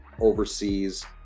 overseas